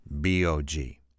B-O-G